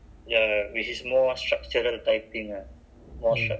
or web development